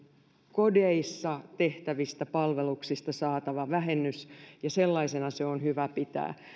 kodeissa tehtävistä palveluksista saatava vähennys ja sellaisena se on hyvä pitää